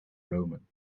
roamen